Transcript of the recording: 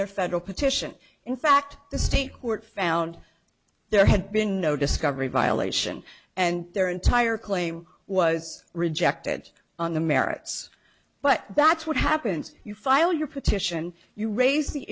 their federal petition in fact the state court found there had been no discovery violation and their entire claim was rejected on the merits but that's what happens you file your petition you raise the